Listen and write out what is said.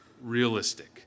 realistic